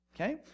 Okay